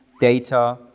data